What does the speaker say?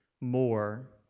more